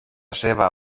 seva